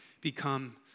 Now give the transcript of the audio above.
become